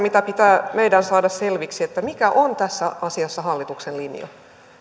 mikä meidän pitää saada selväksi mikä on tässä asiassa hallituksen linja